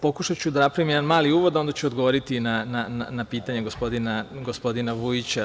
Pokušaću da napravim jedan mali uvod, a onda ću odgovoriti na pitanja gospodina Vujića.